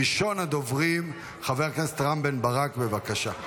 ראשון הדוברים, חבר הכנסת רם בן ברק, בבקשה.